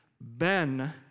ben